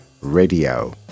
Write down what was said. radio